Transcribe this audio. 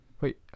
Wait